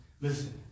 Listen